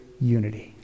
unity